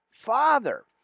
Father